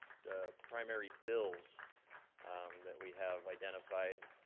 the primary bills that we have identified.